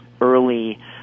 early